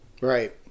Right